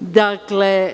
dakle